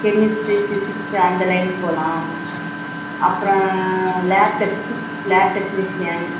chemistry physics அந்த line போகலாம் அப்புறம் லேப் டெக்னீசியன் லேப் டெக்னீசியன்